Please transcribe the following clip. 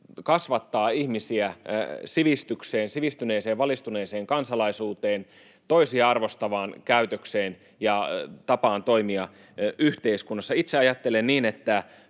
kasvattaa ihmisiä sivistykseen, sivistyneeseen ja valistuneeseen kansalaisuuteen, toisia arvostavaan käytökseen ja tapaan toimia yhteiskunnassa. Itse ajattelen niin, että